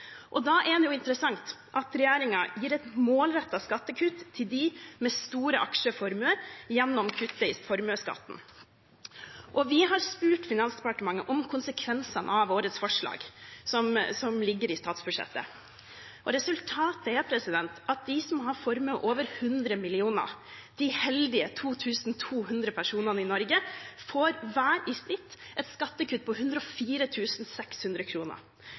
Da er det interessant at regjeringen gjennom kuttet i formuesskatten gir et målrettet skattekutt til dem med store aksjeformuer. Vi har spurt Finansdepartementet om konsekvensene av våre forslag som foreligger til statsbudsjettet. Resultatet er at de som har en formue på over 100 mill. kr, de heldige 2 200 personene i Norge, i snitt får et skattekutt på